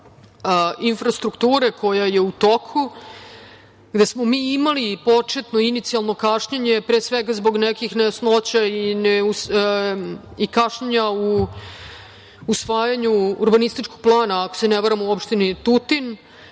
infrastrukture koja je u toku, gde smo mi imali početno inicijalno kašnjenje, pre svega zbog nekih nejasnoća i kašnjenja u usvajanju urbanističkog plana ako se ne varam u opštini Tutin.